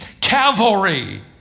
cavalry